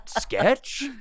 sketch